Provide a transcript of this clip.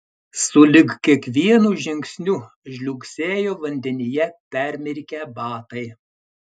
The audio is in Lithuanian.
sulig kiekvienu žingsniu žliugsėjo vandenyje permirkę batai